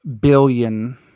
billion